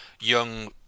young